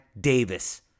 Davis